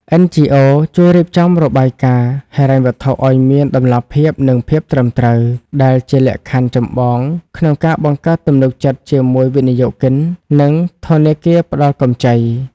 NGOs ជួយរៀបចំរបាយការណ៍ហិរញ្ញវត្ថុឱ្យមានតម្លាភាព និងភាពត្រឹមត្រូវ ដែលជាលក្ខខណ្ឌចម្បងក្នុងការបង្កើតទំនុកចិត្តជាមួយវិនិយោគិន និងធនាគារផ្ដល់កម្ចី។